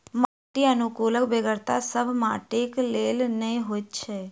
माटि अनुकुलकक बेगरता सभ माटिक लेल नै होइत छै